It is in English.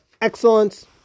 Excellence